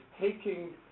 taking